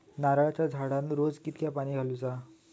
नारळाचा झाडांना रोज कितक्या पाणी घालुचा?